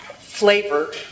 flavor